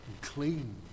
clean